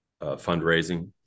fundraising